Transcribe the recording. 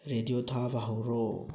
radio ꯊꯥꯕ ꯍꯧꯔꯣ